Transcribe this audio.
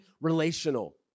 relational